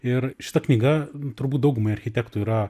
ir šita knyga turbūt daugumai architektų yra